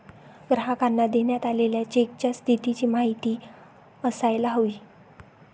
ग्राहकांना देण्यात आलेल्या चेकच्या स्थितीची माहिती असायला हवी